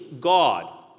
God